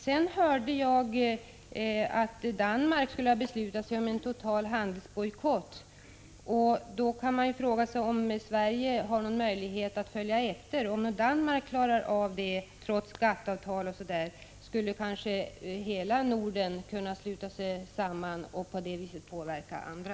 Jag hörde att Danmark skulle ha beslutat sig för en total handelsbojkott. Då kan man fråga sig om Sverige har någon möjlighet att följa efter. Om Danmark klarar av detta trots GATT-avtal osv., skulle kanske hela Norden kunna sluta sig samman och på det sättet påverka andra.